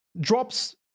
drops